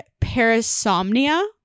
parasomnia